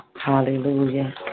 Hallelujah